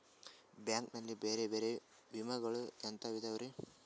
Bank ನಲ್ಲಿ ಬೇರೆ ಬೇರೆ ವಿಮೆಗಳು ಎಂತವ್ ಇದವ್ರಿ?